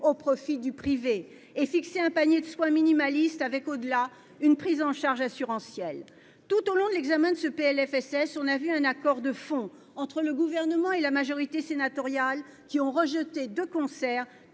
au profit du privé et fixer un panier de soins minimaliste au-delà duquel la prise en charge sera assurantielle. Tout au long de l'examen de ce PLFSS, nous avons pu constater un accord de fond entre le Gouvernement et la majorité sénatoriale : ils ont rejeté de concert